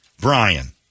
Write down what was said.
Brian